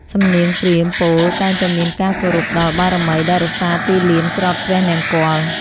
សំនៀងព្រាហ្មណ៍ពោលតែងតែមានការគោរពដល់បារមីដែលរក្សាទីលានច្រត់ព្រះនង្គ័ល។